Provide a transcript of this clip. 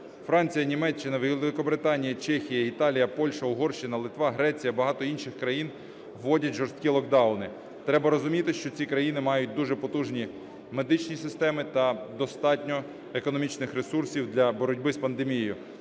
Франція, Німеччина Великобританія, Чехія, Італія, Польща, Угорщина, Литва Греція і багато інших країн вводять жорсткі локдауни. Треба розуміти, що ці країни мають дуже потужні медичні системи та достатньо економічних ресурсів для боротьби з пандемією,